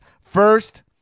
first